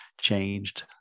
changed